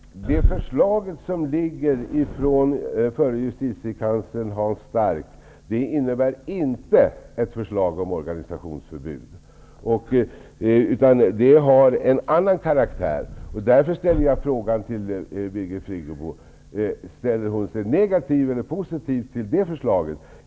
Herr talman! Det förslag som framlagts av förre justitiekanslern Hans Stark är inte ett förslag om organisationsförbud, utan har en annan karaktär. Därför riktar jag frågan till Birgit Friggebo om hon ställer sig negativ eller positiv till det förslaget.